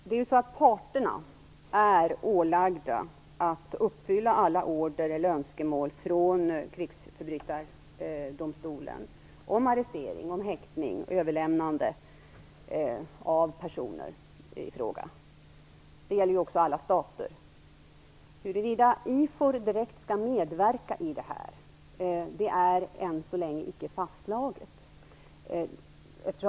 Herr talman! Parterna är ålagda att uppfylla alla order eller önskemål från krigsförbrytardomstolen om arrestering, häktning och överlämnande av personer i fråga. Det gäller också alla stater. Huruvida IFOR direkt skall medverka i detta är än så länge icke fastslaget.